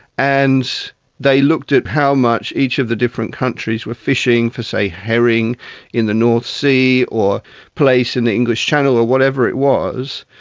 and they looked at how much each of the different countries were fishing for, say, herring in the north sea, or plaice in the english channel or whatever it was,